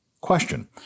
question